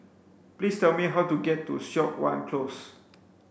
please tell me how to get to Siok Wan Close